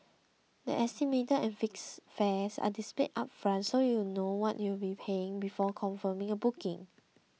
the estimated and fixed fares are displayed upfront so you know what you'll be paying before confirming a booking